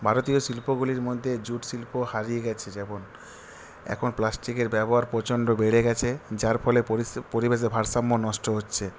ভারতীয় শিল্পগুলির মধ্যে জুট শিল্প হারিয়ে গেছে যেমন এখন প্লাস্টিকের ব্যবহার প্রচণ্ড বেড়ে গেছে যার ফলে পরি পরিবেশে ভারসাম্য নষ্ট হচ্ছে